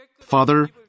Father